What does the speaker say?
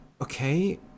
okay